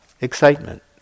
excitement